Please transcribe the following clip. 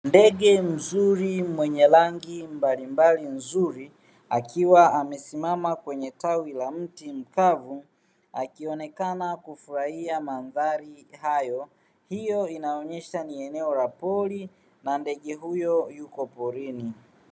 Ndege mzuri mwenye rangi mbalimbali nzuri, akiwa amesimama kwenye tawi la mti mkavu; akionekana kufurahia mandhari hayo. Hiyo inaonyesha ni eneo la pori na ndege huyo yuko porini.